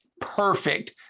Perfect